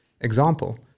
Example